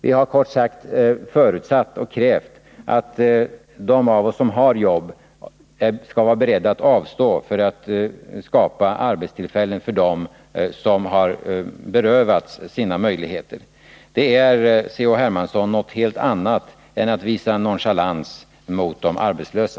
Vi har kort sagt förutsatt och krävt att de av oss som har jobb skall vara beredda att avstå för att skapa arbetstillfällen för dem som har berövats sina möjligheter. Det är, Carl-Henrik Hermansson, något helt annat än att visa nonchalans mot de arbetslösa.